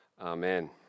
Amen